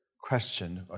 questioned